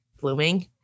blooming